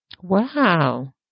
Wow